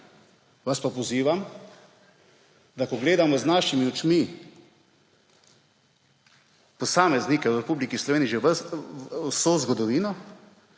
Vas pa pozivam, ko gledamo s svojimi očmi posameznike v Republiki Sloveniji že vso zgodovino,